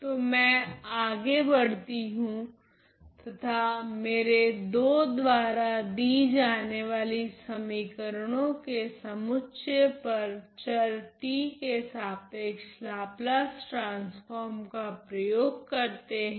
तो मैं आगे बड़ती हूँ तथा मेरे II द्वारा दी जाने वाली समीकरणों के समुच्चय पर चर t के सापेक्ष लाप्लास ट्रांसफोर्म का प्रयोग करते हैं